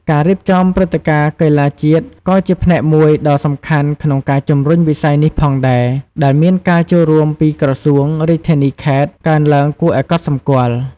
ការរៀបចំព្រឹត្តិការណ៍កីឡាជាតិ ក៏ជាផ្នែកមួយដ៏សំខាន់ក្នុងការជំរុញវិស័យនេះផងដែរ ដែលមានការចូលរួមពីក្រសួង រាជធានី-ខេត្ត កើនឡើងគួរឱ្យកត់សម្គាល់។